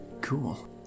cool